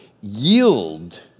yield